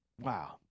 Wow